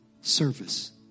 service